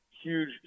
huge